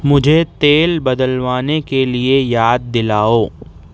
مجھے تیل بدلوانے کے لیے یاد دلاؤ